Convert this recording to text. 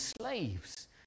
slaves